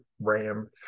ram